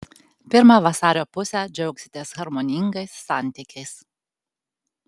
pirmą vasario pusę džiaugsitės harmoningais santykiais